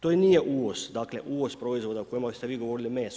To nije uvoz, dakle uvoz proizvoda o kojima ste vi govorili, meso.